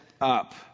up